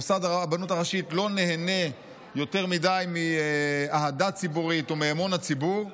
מוסד הרבנות הראשית לא נהנה יותר מדי מאהדה ציבורית או מאמון הציבור.